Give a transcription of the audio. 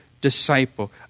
disciple